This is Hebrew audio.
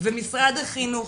ומשרד החינוך